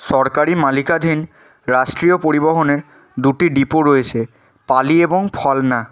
সরকারি মালিকাধীন রাষ্ট্রীয় পরিবহণের দুটি ডিপো রয়েছে পালি এবং ফলনা